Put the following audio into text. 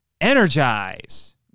Energize